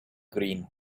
green